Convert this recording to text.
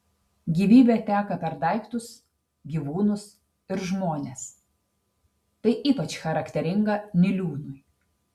gyvybė teka per daiktus gyvūnus ir žmones tai ypač charakteringa niliūnui